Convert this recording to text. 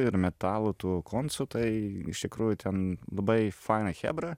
ir metalo tų koncų tai iš tikrųjų ten labai fana chebra